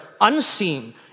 unseen